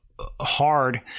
hard